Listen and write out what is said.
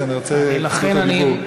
אז אני רוצה את זכות הדיבור.